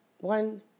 One